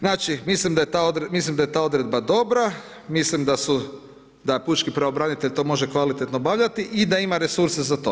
Znači mislim da je ta odredba dobra, mislim da pučki pravobranitelj to može kvalitetno obavljati i da ima resurse za to.